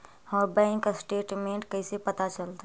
हमर bank statement कैसे पता चलतै?